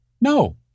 No